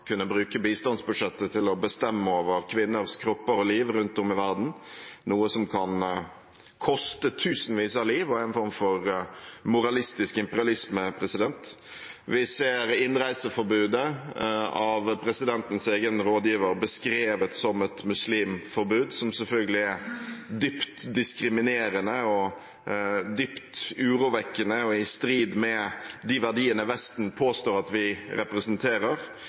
kunne bruke bistandsbudsjettet til å bestemme over kvinners kropper og liv rundt om i verden, noe som kan koste tusenvis av liv og er en form for moralistisk imperialisme. Vi ser innreiseforbudet, av presidentens egen rådgiver beskrevet som et muslimforbud, som selvfølgelig er dypt diskriminerende, dypt urovekkende og i strid med de verdiene Vesten påstår at vi representerer,